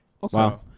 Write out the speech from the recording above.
Wow